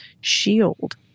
shield